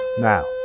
Now